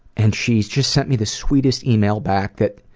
and she just sent me the sweetest email back that